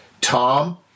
tom